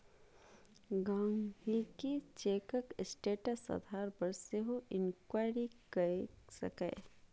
गांहिकी चैकक स्टेटस आधार पर सेहो इंक्वायरी कए सकैए